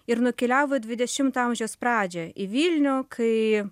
ir nukeliavo į dvidešimto amžiaus pradžią į vilnių kai